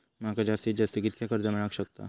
माका जास्तीत जास्त कितक्या कर्ज मेलाक शकता?